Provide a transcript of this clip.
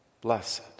blessed